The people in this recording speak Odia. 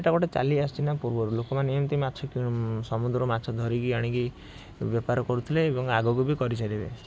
ଏଇଟା ଗୋଟେ ଚାଲି ଆସଛି ନା ପୂର୍ବରୁ ଲୋକମାନେ ଏମିତି ମାଛ କିଣୁ ସମୁଦ୍ରରୁ ମାଛ ଧରିକି ଆଣିକି ବେପାର କରୁଥୁଲେ ଏବଂ ଆଗକୁ ବି କରିଚାଲିବେ